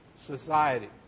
society